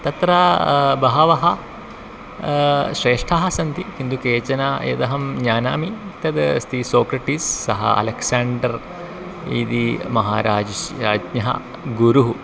तत्र बहवः श्रेष्ठाः सन्ति किन्तु केचन यदहं जानामि तद् अस्ति सोक्रटीस् सः अलेक्साण्डर् इति महाराजस्य राज्ञः गुरुः